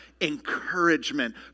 encouragement